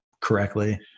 correctly